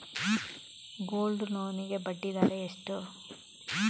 Gold loan ಗೆ ಬಡ್ಡಿ ದರ ಎಷ್ಟು?